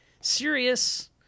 serious